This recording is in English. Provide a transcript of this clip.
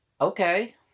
Okay